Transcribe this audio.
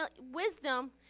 wisdom